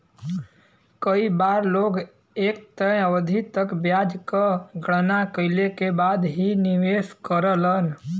कई बार लोग एक तय अवधि तक ब्याज क गणना कइले के बाद ही निवेश करलन